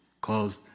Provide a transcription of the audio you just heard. called